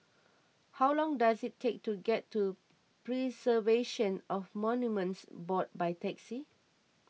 how long does it take to get to Preservation of Monuments Board by taxi